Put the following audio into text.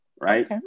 right